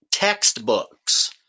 textbooks